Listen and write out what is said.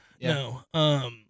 No